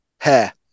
hair